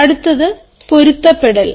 അടുത്തത് പൊരുത്തപ്പെടുത്തൽ